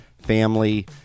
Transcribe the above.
family